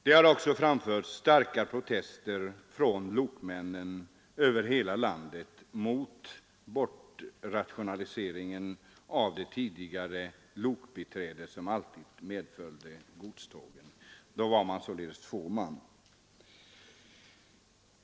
Det har också framförts starka protester från lokmännen över hela landet mot bortrationaliseringen av lokbiträde som tidigare alltid medföljde godstågen.